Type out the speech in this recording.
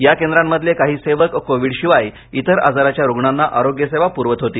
या केंद्रांमधले काही सेवक कोविड शिवाय इतर आजाराच्या रुग्णांना आरोग्य सेवा पुरवत होती